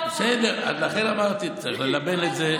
לכן אמרתי שצריך ללבן את זה.